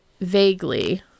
vaguely